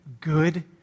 good